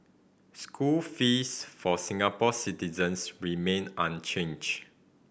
school fees for Singapore citizens remain unchanged